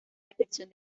detección